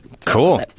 cool